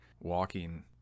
walking